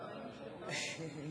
הוא